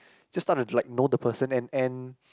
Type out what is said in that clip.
just start to like know the person and and